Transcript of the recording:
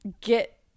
get